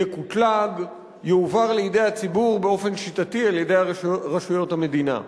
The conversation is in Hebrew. יקוטלג ויועבר לידי הציבור באופן שיטתי על-ידי רשויות המדינה.